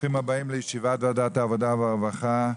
ברוכים הבאים לישיבת ועדת העבודה והרווחה.